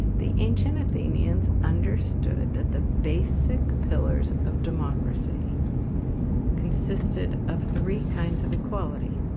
the ancient athenians understood that the basic pillars of democracy consisted of three kinds of equality.